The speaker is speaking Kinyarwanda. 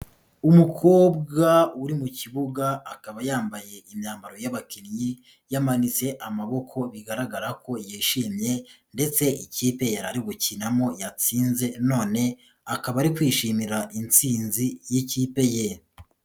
Umukobwa uri mu kibuga akaba yambaye imyambaro y'abakinnyi yamanitse amaboko bigaragara ko yishimiye ndetse ikipe yari ari gukinamo yatsinze, none akaba ari kwishimira insinzi y'ikipe ye.